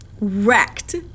wrecked